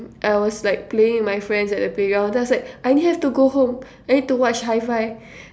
I was like playing with my friends at the playground then I was like I need to go home I need to watch high-five